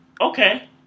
okay